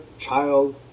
child